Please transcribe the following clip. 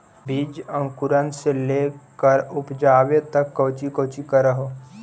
बीज अंकुरण से लेकर उपजाबे तक कौची कौची कर हो?